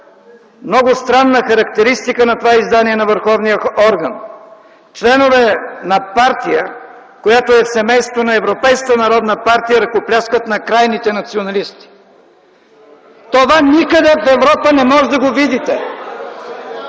много странна характеристика на това издание на върховния орган – членове на партия, която е в семейството на Европейската Народна партия, ръкопляскат на крайните националисти. Това никъде в Европа не можете да го видите.